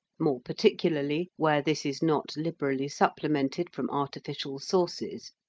more particularly where this is not liberally supplemented from artificial sources,